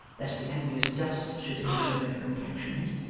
lest the envious dust should injure their complexions,